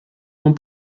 ans